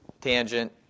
tangent